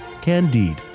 Candide